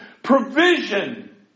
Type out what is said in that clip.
Provision